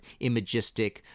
imagistic